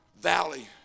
valley